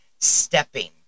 stepping